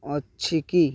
ଅଛି କି